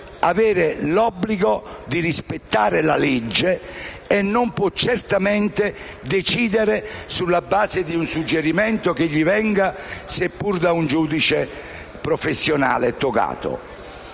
avere l'obbligo di rispettare la legge e non può certamente decidere sulla base di un suggerimento, seppure questo gli venga da un giudice professionale togato.